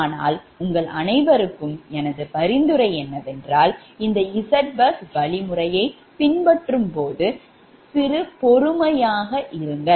ஆனால் உங்கள் அனைவருக்கும் எனது பரிந்துரை இந்த ZBus வழிமுறையைப் பின்பற்றும்போது பொறுமையாக இருங்கள்